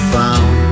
found